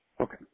Okay